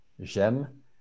J'aime